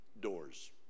doors